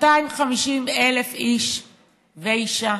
250,000 איש ואישה,